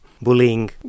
bullying